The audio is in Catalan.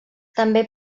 també